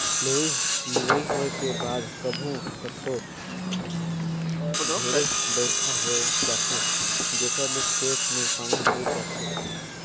लुवई होए के बाद कभू कथों ढेरे बइरखा होए जाथे जेखर ले खेत में पानी भइर जाथे